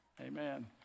Amen